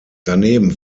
daneben